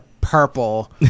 purple